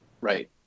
Right